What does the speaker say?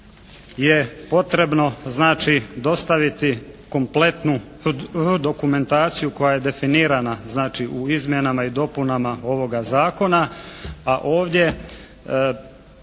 je potrebno znači dostaviti kompletnu dokumentaciju koja je definirana znači u izmjenama i dopunama ovoga zakona, a ovdje